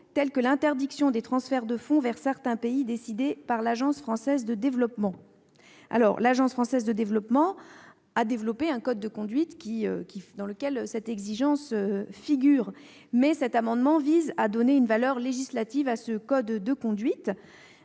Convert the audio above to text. telle que l'interdiction des transferts de fonds vers certains pays décidés par l'Agence française de développement, l'AFD. Cette agence a développé un code de conduite dans lequel cette exigence figure. Le présent amendement vise à donner une valeur législative à ce code de conduite.